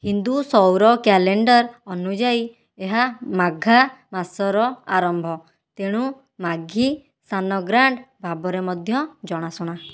ହିନ୍ଦୁ ସୌର କ୍ୟାଲେଣ୍ଡର ଅନୁଯାୟୀ ଏହା ମାଘ ମାସର ଆରମ୍ଭ ତେଣୁ 'ମାଘୀ ସଂକ୍ରାନ୍ତ' ଭାବରେ ମଧ୍ୟ ଜଣାଶୁଣା